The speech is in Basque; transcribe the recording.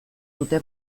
dute